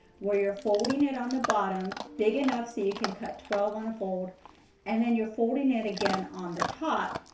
where you are folding it on the bottom big enough so you can cut twelve on the fold and then you are folding it again on the top,